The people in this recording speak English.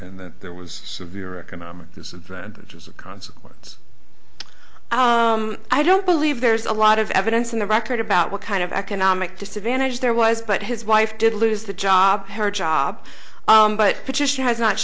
says that there was severe economic disadvantage as a consequence i don't believe there's a lot of evidence in the record about what kind of economic disadvantage there was but his wife did lose the job her job but position has not